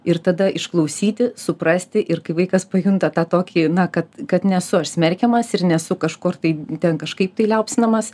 ir tada išklausyti suprasti ir kai vaikas pajunta tą tokį na kad kad nesu aš smerkiamas ir nesu kažkur tai ten kažkaip tai liaupsinamas